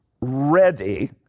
ready